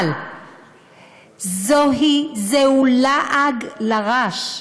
אבל זהו לעג לרש.